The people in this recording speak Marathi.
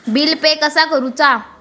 बिल पे कसा करुचा?